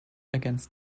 against